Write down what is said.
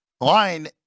line